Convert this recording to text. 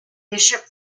bishop